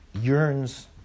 yearns